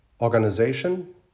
organization